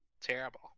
terrible